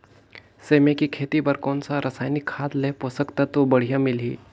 सेमी के खेती बार कोन सा रसायनिक खाद ले पोषक तत्व बढ़िया मिलही?